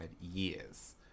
years